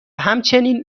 همچنین